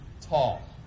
tall